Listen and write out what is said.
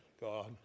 God